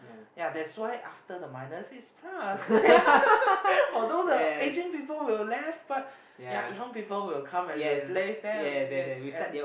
ya that's why after the minus is plus ya although the aging people will left but ya young people will come and replace them yes and